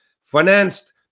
financed